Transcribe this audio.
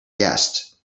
guest